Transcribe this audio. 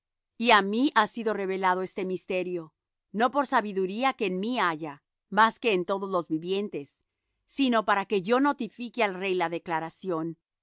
y á mí ha sido revelado este misterio no por sabiduría que en mí haya más que en todos los vivientes sino para que yo notifique al rey la declaración